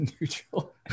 neutral